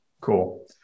cool